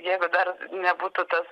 jeigu dar nebūtų tas